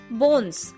bones